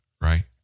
right